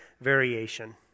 variation